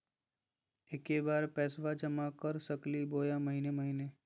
एके बार पैस्बा जमा कर सकली बोया महीने महीने?